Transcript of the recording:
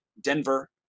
Denver